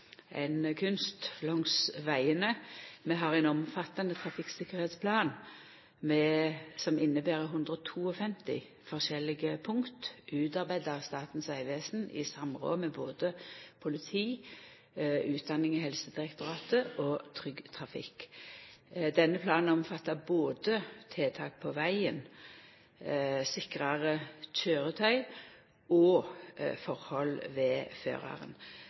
kunst langs vegane. Vi har ein omfattande trafikktryggleiksplan som inneheld 152 forskjellige punkt, utarbeidd av Statens vegvesen i samråd med politiet, Utdanningsdirektoratet, Helsedirektoratet og Trygg Trafikk. Denne planen omfattar både tiltak på vegen, sikrare køyretøy og forhold ved føraren.